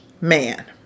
man